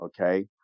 Okay